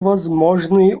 возможные